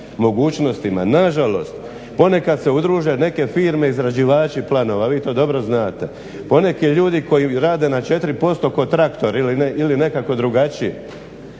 Nažalost ponekad se udruže neke firme izrađivači planova, vi to dobro znate, poneki ljudi koji rade na 4% ko traktor ili nekako drugačije